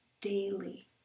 daily